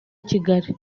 kigali